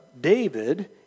David